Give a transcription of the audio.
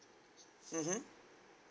mmhmm